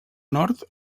nord